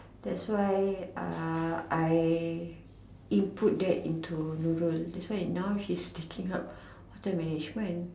thats why uh I input that into Nurul thats why now she is teaching her what time already she go and